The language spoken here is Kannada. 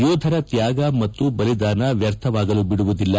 ಯೋಧರ ತ್ಯಾಗ ಮತ್ತು ಬಲಿದಾನ ವ್ಯರ್ಥವಾಗಲು ಬಿಡುವುದಿಲ್ಲ